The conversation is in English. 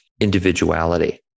individuality